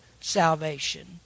salvation